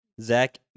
zach